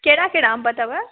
कहिड़ा कहिड़ा अम्ब अथव